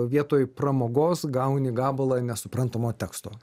vietoj pramogos gauni gabalą nesuprantamo teksto